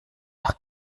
doch